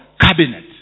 cabinet